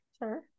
sure